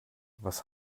was